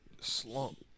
Slump